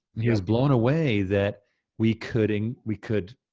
he was blown away that we couldn't, we could